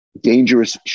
dangerous